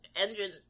Engine